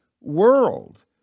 world